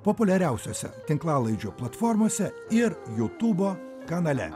populiariausiose tinklalaidžių platformose ir jutubo kanale